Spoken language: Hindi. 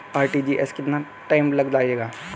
आर.टी.जी.एस में कितना टाइम लग जाएगा?